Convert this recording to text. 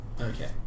Okay